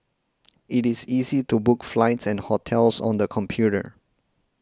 it is easy to book flights and hotels on the computer